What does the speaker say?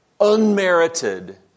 unmerited